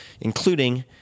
Including